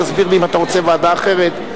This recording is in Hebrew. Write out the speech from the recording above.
תסביר לי אם אתה רוצה ועדה אחרת,